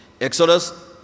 Exodus